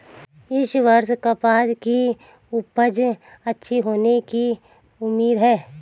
इस वर्ष कपास की उपज अच्छी होने की उम्मीद है